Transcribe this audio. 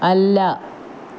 അല്ല